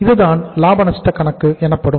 இதுதான் லாப நஷ்ட கணக்கு எனப்படும்